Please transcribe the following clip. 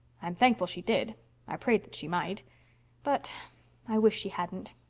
i'm thankful she did i prayed that she might but i wish she hadn't.